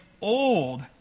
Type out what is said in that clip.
old